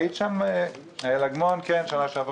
יעל אגמון, את היית שם בשנה שעברה?